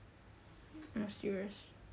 !huh! serious